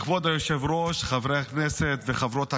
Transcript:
כבוד היושב-ראש, חבריי הכנסת וחברות הכנסת,